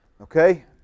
Okay